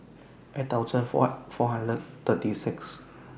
eight thousand four four hundred thirty six